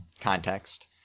context